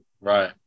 Right